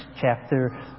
chapter